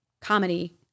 Comedy